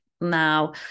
now